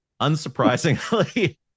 unsurprisingly